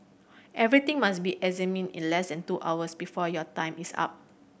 everything must be examined in less than two hours before your time is up